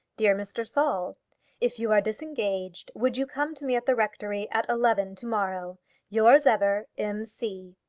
dear mr. saul if you are disengaged would you come to me at the rectory at eleven to-morrow yours ever, m. c.